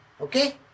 Okay